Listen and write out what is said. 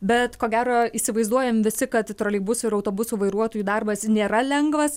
bet ko gero įsivaizduojam visi kad troleibusų ir autobusų vairuotojų darbas nėra lengvas